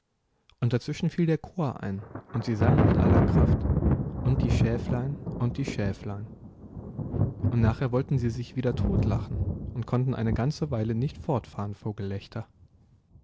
dazwischen fiel der chor ein und sie sangen mit aller kraft und die schäflein und die schäflein und nachher wollten sie sich wieder totlachen und konnten eine ganze weile nicht fortfahren vor gelächter